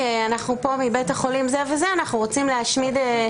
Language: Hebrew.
אנחנו לא נרצה לעשות את זה.